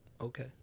okay